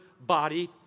body